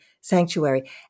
Sanctuary